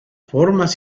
formas